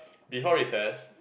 before recess